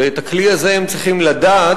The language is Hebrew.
ואת הכלי הזה הם צריכים לדעת